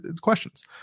questions